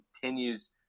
continues